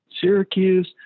Syracuse